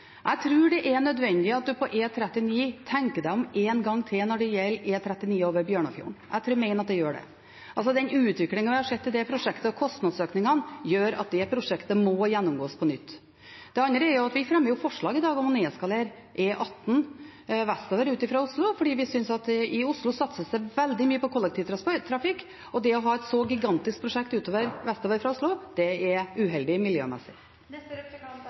Jeg tror det er nødvendig at en tenker seg om en gang til når det gjelder E39 over Bjørnafjorden – jeg mener det. Utviklingen og kostnadsøkningene vi har sett i det prosjektet, gjør at det prosjektet må gjennomgås på nytt. Det andre er at vi i dag fremmer forslag om å nedskalere E18 vestover, ut fra Oslo. I Oslo satses det veldig mye på kollektivtrafikk, og det å ha et så gigantisk prosjekt vestover fra Oslo er uheldig